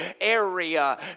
area